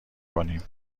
کنیم